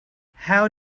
how